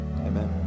Amen